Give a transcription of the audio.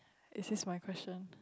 it is my question